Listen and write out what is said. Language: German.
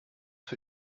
für